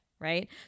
right